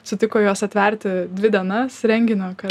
sutiko juos atverti dvi dienas renginio kad